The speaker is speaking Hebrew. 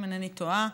אם אינני טועה,